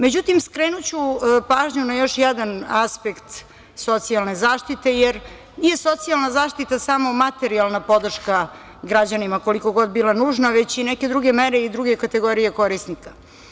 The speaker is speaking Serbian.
Međutim, skrenuću pažnju na još jedan aspekt socijalne zaštite, jer nije socijalna zaštita samo materijalna podrška građanima, koliko god bila nužna, već i neke druge mere i druge kategorije korisnika.